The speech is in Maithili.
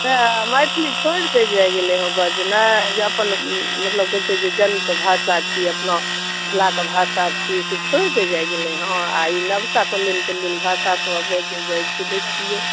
सएह मैथिली छोड़ि दै जाइ गेलै हँ बजनाइ जे अपन मतलब कहै छै जे जन्म के भाषा छी अपना मिथिला के भाषा छी से छोड़ि दै जाय गेलै हँ आ ई नबका कोनदन कोनदन भाषा सब आब बजै जाइ छै देखियौ